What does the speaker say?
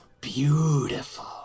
Beautiful